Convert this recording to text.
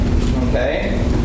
Okay